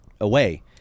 away